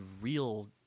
real